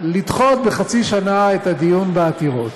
לדחות בחצי שנה את הדיון בעתירות,